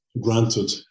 granted